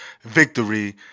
Victory